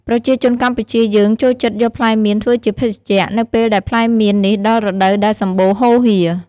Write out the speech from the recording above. ប្រជាជនកម្ពុជាយើងចូលចិត្តយកផ្លែមៀនធ្វើជាភេសជ្ជៈ នៅពេលដែលផ្លែមៀននេះដល់រដូវដែលសម្បូរហូរហៀរ។